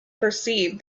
perceived